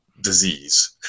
disease